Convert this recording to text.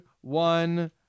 One